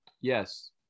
Yes